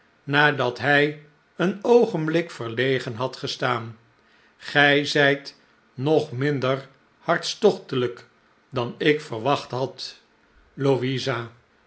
nadat hij een oogenblik verlegen had gestaan gij zijt nog minder hartstochtelijk dan ik verwacht had louisa